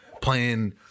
playing